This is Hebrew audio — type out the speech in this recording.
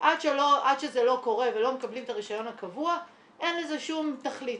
--- עד שזה לא קורה ולא מקבלים את הרישיון הקבוע אין לזה שום תכלית.